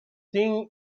thing